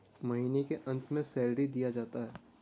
महीना के अंत में सैलरी दिया जाता है